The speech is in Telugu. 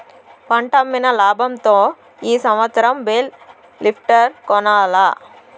పంటమ్మిన లాబంతో ఈ సంవత్సరం బేల్ లిఫ్టర్ కొనాల్ల